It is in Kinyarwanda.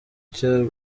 cya